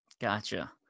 gotcha